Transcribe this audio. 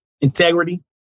Integrity